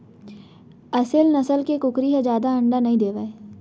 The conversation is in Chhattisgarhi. असेल नसल के कुकरी ह जादा अंडा नइ देवय